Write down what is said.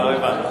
מה לא הבנת?